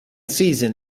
season